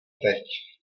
teď